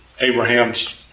Abraham's